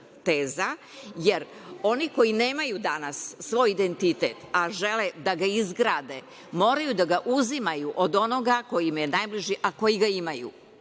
teza, jer oni koji nemaju danas svoj identitet, a žele da ga izgrade, moraju da ga uzimaju od onoga koji im je najbliži, a koji ga imaju.